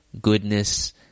goodness